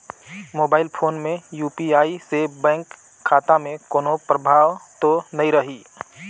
Mobile phone UPI यू.पी.आई से bank खाता मे कोनो प्रभाव तो नइ रही?